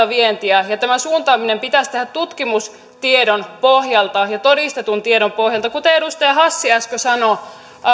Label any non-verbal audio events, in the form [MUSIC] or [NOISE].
[UNINTELLIGIBLE] vientiä ja tämä suuntaaminen pitäisi tehdä tutkimustiedon pohjalta ja todistetun tiedon pohjalta kuten edustaja hassi äsken sanoi